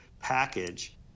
package